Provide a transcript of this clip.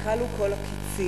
כלו כל הקצים,